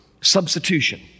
substitution